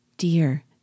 Dear